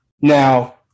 Now